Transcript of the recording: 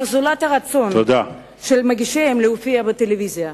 זולת הרצון של מגישיהן להופיע בטלוויזיה.